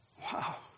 Wow